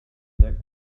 that